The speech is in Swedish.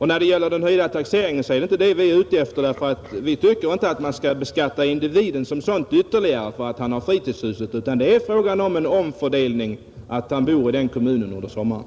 När det gäller den nya taxeringen vill jag säga att vad vi är ute efter är inte att man skall beskatta individen sonsådan ytterligare för att han har ett fritidshus, utan det är fråga om en omfördelning på grund av att han